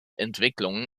entwicklung